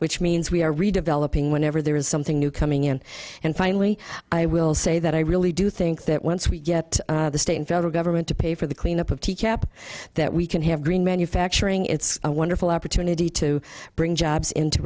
which means we are redeveloping whenever there is something new coming in and finally i will say that i really do think that once we get the state and federal government to pay for the clean up of teach app that we can have green manufacturing it's a wonderful opportunity to bring jobs into